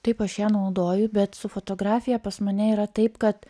taip aš ją naudoju bet su fotografija pas mane yra taip kad